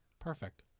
Perfect